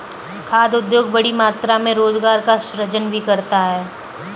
खाद्य उद्योग बड़ी मात्रा में रोजगार का सृजन भी करता है